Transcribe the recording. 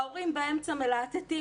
ההורים באמצע מלהטטים,